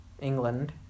England